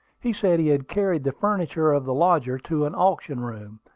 he said he had carried the furniture of the lodger to an auction-room,